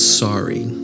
sorry